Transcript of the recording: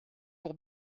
pour